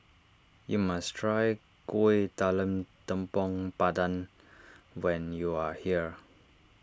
you must try Kuih Talam Tepong Pandan when you are here